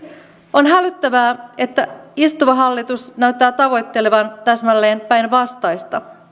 on hälyttävää että istuva hallitus näyttää tavoittelevan täsmälleen päinvastaista